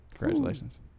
Congratulations